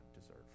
deserve